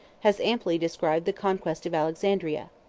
has amply described the conquest of alexandria.